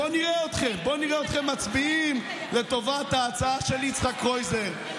בואו נראה אתכם מצביעים לטובת ההצעה של יצחק קרויזר.